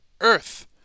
earth